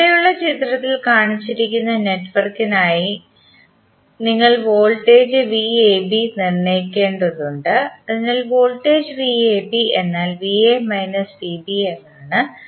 ചുവടെയുള്ള ചിത്രത്തിൽ കാണിച്ചിരിക്കുന്ന നെറ്റ്വർക്കിനായി ഞങ്ങൾ വോൾട്ടേജ് VAB നിർണ്ണയിക്കേണ്ടതുണ്ട് അതിനാൽ വോൾട്ടേജ് VAB എന്നാൽ VA VB എന്നാണ്